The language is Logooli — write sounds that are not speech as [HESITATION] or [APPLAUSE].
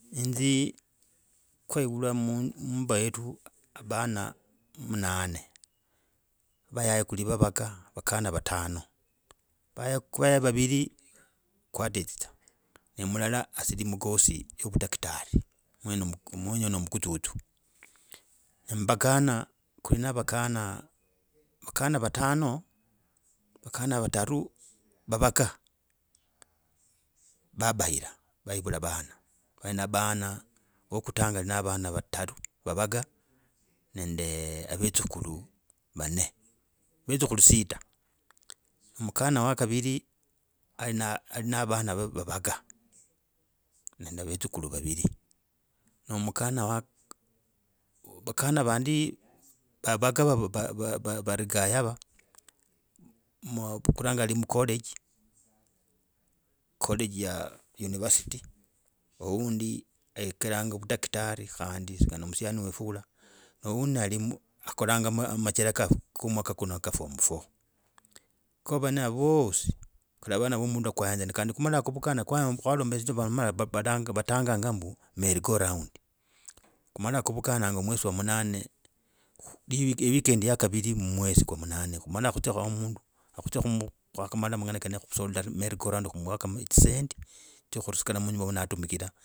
Nzi kweyevuliwa muumba yetu abana munane vayangi kuli vavaga vakana vatane kuya vaviri kwadekitsa ne mulala nshiri mumuise yo abudaktari mwenoyo no muvute tso. Ne mbakana kuli na vakana vakana vatano vakana vataru, vavaka vabahira va yibula avana wa kutanga ave na vana vatara vavaka nende avetsukulu vanne vetsukulu sita mkana wa kaviri ali na varia vavaga nende vetsukulu vaviri na mkana wa vakana vandi vatigali yava wo kutanga ali mucollege college ya university aundi okeranga muchela ko mwako kune ka form four ko avana ava uoso kalawa omundu wo kuhenza kandi kumala kuvukana khwaromba eshindu sha vataganga ombu merry go round kumola kuvukananga mwezi kwa munane. Weekend ya kaviri mu mwezi kwa munane kumala kuzya womunde nokuzya khwakamala mangana korako [HESITATION] merry go round. Kiniwokoma dzisendi dzyo kusikala munyumba uno atumikiraa.